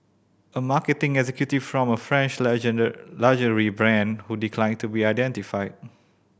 a marketing executive from a French luxury brand who declined to be identified